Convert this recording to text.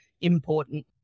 important